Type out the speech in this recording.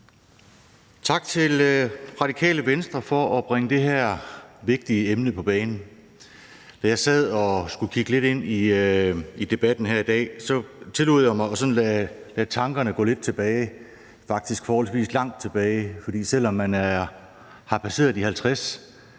tak til Radikale Venstre for at bringe det her vigtige emne på bane. Da jeg sad og skulle kigge lidt ind i debatten her i dag, tillod jeg mig at lade tankerne gå lidt tilbage, faktisk forholdsvis langt tilbage, for selv om man har passeret de 50,